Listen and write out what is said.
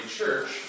church